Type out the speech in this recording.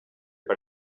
per